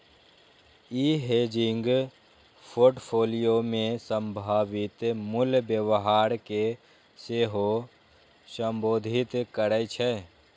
ई hedging portfolio मे संभावित मूल्य व्यवहार कें सेहो संबोधित करै छै